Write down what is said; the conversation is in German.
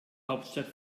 hauptstadt